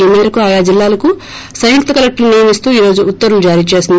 ఈ మేరకు ఆయా జిల్లాలకు సంయుక్త కలెక్టర్లను నియమిస్తూ ఈ రోజు ఉత్తర్వులు జారీ చేసింది